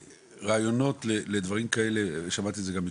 רעיונות לדברים כאלה שמעתי את זה גם מקודם.